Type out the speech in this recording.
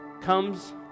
Comes